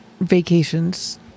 vacations